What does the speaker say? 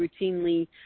routinely